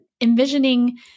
envisioning